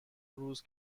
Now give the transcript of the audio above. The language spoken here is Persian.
روز